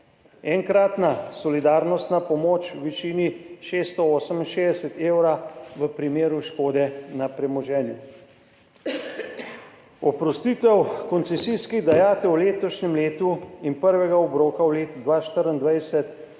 enkratna solidarnostna pomoč v višini 668 evrov v primeru škode na premoženju, oprostitev koncesijskih dajatev v letošnjem letu in prvega obroka v letu 2024